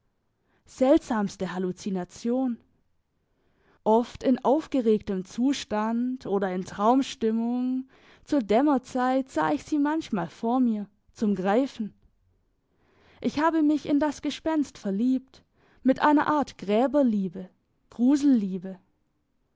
seltsamste hallucination oft in aufgeregtem zustand oder in traumstimmung zur dämmerzeit sah ich sie manchmal vor mir zum greifen ich habe mich in das gespenst verliebt mit einer art gräberliebe gruselliebe